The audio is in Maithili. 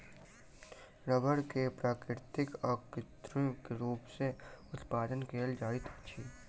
रबड़ के प्राकृतिक आ कृत्रिम रूप सॅ उत्पादन कयल जाइत अछि